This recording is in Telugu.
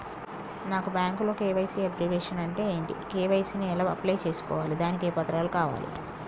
నాకు బ్యాంకులో కే.వై.సీ అబ్రివేషన్ అంటే ఏంటి కే.వై.సీ ని ఎలా అప్లై చేసుకోవాలి దానికి ఏ పత్రాలు కావాలి?